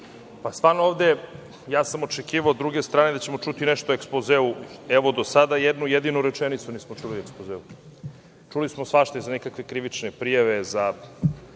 Đukanović** Hvala. Očekivao sam od druge strane da ćemo čuti nešto o ekspozeu. Evo, do sada jednu jedinu rečenicu nismo čuli o ekspozeu. Čuli smo svašta i za nekakve krivične prijave, za